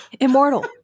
Immortal